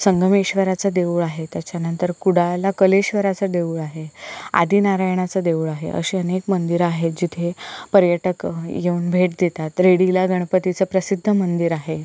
संगमेश्वराचं देऊळ आहे त्याच्यानंतर कुडाळला कलेश्वराचं देऊळ आहे आदिनारायणाचं देऊळ आहे असे अनेक मंदिरं आहे जिथे पर्यटक येऊन भेट देतात रेडीला गणपतीचं प्रसिद्ध मंदिर आहे